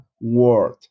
word